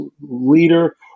leader